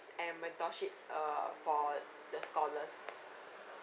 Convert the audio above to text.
and mentorships uh for the scholars